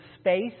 space